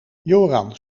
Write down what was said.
joran